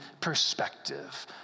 perspective